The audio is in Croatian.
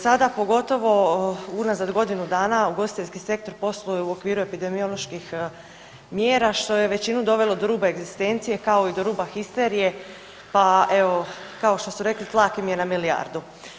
Sada pogotovo unazad godinu dana ugostiteljski sektor posluje u okviru epidemioloških mjera što je većinu dovelo do ruba egzistencije kao i do ruba histerije, pa evo kao što su rekli tlak im je na milijardu.